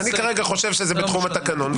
אני כרגע חושב שזה בתחום התקנון,